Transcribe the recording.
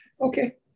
Okay